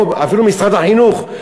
או אפילו משרד החינוך,